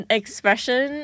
expression